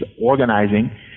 organizing